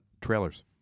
trailers